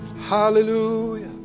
Hallelujah